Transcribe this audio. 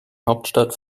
hauptstadt